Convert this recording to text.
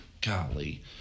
golly